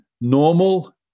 normal